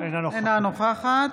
אינה נוכחת